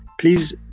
Please